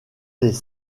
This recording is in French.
les